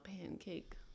pancake